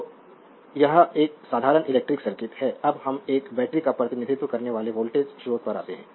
तो यह एक साधारण इलेक्ट्रिक सर्किट है अब हम एक बैटरी का प्रतिनिधित्व करने वाले वोल्टेज स्रोत पर आते हैं